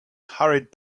hurried